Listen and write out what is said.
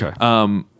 okay